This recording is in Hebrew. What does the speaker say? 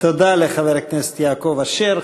תודה לחבר הכנסת יעקב אשר.